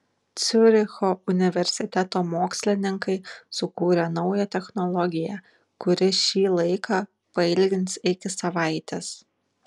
ciuricho universiteto mokslininkai sukūrė naują technologiją kuri šį laiką pailgins iki savaitės